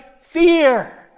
fear